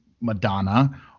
Madonna